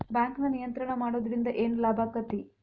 ಬ್ಯಾಂಕನ್ನ ನಿಯಂತ್ರಣ ಮಾಡೊದ್ರಿಂದ್ ಏನ್ ಲಾಭಾಕ್ಕತಿ?